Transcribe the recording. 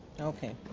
Okay